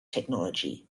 technology